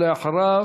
ואחריו,